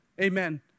Amen